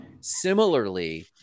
similarly